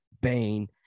Bane